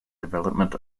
development